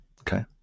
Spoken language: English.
Okay